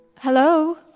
Hello